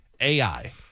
AI